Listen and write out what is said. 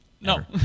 No